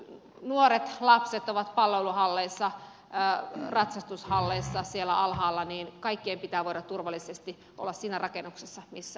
kun nuoret lapset ovat palloiluhalleissa ratsastushalleissa siellä alhaalla niin kaikkien pitää voida turvallisesti olla siinä rakennuksessa missä ovat